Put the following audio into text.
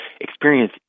experience